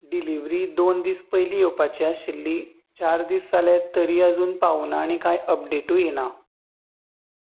delivery दोन दीस पयली येवपाची आशिल्ली चार दीस जाल्या तरी आजून पावुना आनी कांय अपडेटूय येना